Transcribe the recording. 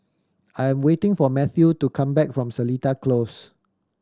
I am waiting for Mathew to come back from Seletar Close